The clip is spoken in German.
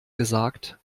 gesagt